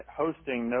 hosting